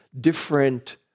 different